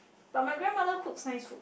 but my grandmother cooks nice food